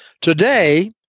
Today